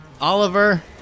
Oliver